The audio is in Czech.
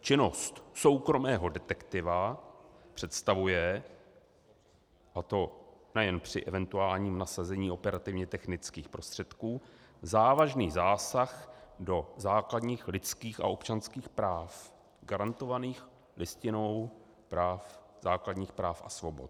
Činnost soukromého detektiva představuje, a to nejen při eventuálním nasazení operativně technických prostředků, závažný zásah do základních lidských a občanských práv garantovaných Listinou základních práv a svobod.